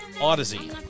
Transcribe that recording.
Odyssey